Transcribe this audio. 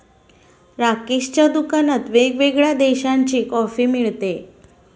राकेशच्या दुकानात वेगवेगळ्या देशांची कॉफी मिळते